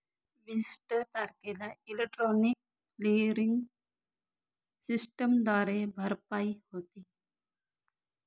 विशिष्ट तारखेला electronic clearing सिस्टमद्वारे भरपाई होते